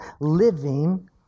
living